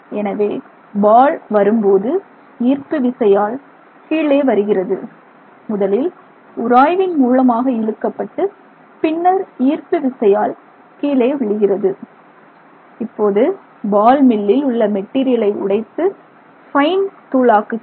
எனவே பால் வரும்போது ஈர்ப்பு இசையால் கீழே வருகிறது முதலில் உராய்வின் மூலமாக இழுக்கப்பட்டு பின்னர் ஈர்ப்பு விசையால் கீழே விழுகிறது இப்போது பால் மில்லில் உள்ள மெட்டீரியலை உடைத்து பைன் தூளாக்குகிறது